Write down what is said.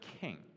king